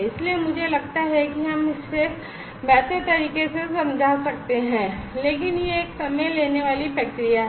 इसलिए मुझे लगता है कि हम इसे बेहतर तरीके से समझा सकते हैं लेकिन यह एक समय लेने वाली प्रक्रिया है